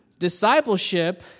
discipleship